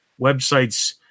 websites